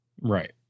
Right